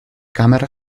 camera